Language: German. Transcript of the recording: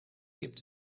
gibt